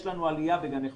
יש לנו עלייה בגני חובה.